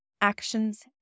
actions